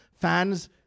fans